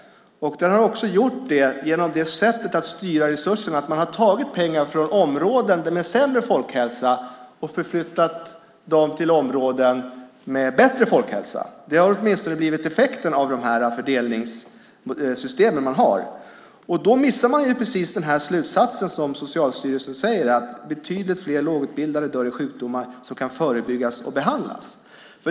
Effekten av de fördelningssystem man har, sättet att styra resurserna, har blivit att man tagit pengar från områden med sämre folkhälsa och flyttat dem till områden med bättre folkhälsa. Därmed missar man den slutsats som Socialstyrelsen drar, nämligen att betydligt fler lågutbildade dör i sjukdomar som kan förebyggas och behandlas.